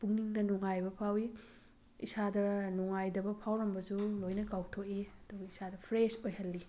ꯄꯨꯛꯅꯤꯡꯗ ꯅꯨꯡꯉꯥꯏꯕ ꯐꯥꯎꯋꯤ ꯏꯁꯥꯗ ꯅꯨꯡꯉꯥꯏꯇꯕ ꯐꯥꯎꯔꯝꯃꯁꯨ ꯂꯣꯏꯅ ꯀꯥꯎꯊꯣꯛꯏ ꯑꯗꯨꯒ ꯏꯁꯥꯗꯣ ꯐ꯭ꯔꯦꯁ ꯑꯣꯏꯍꯜꯂꯤ